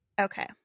Okay